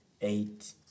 eight